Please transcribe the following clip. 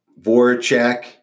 Voracek